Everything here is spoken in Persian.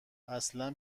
اصلا